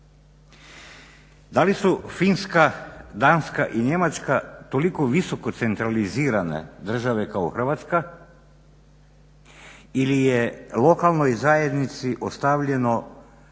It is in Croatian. Da li su Finska, Danska i Njemačka toliko visoko centralizirane države kao Hrvatska ili je lokalnoj zajednici ostavljeno